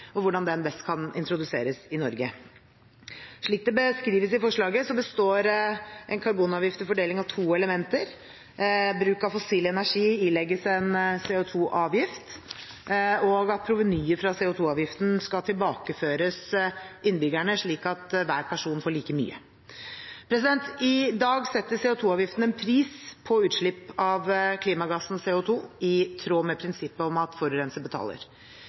best kan introduseres i Norge. Slik det beskrives i forslaget, består en karbonavgift til fordeling av to elementer: bruk av fossil energi ilegges en CO 2 -avgift, og provenyet fra CO 2 -avgiften skal tilbakeføres til innbyggerne, slik at hver person får like mye. I dag setter CO 2 -avgiften en pris på utslipp av klimagassen CO 2 i tråd med prinsippet om at forurenser betaler.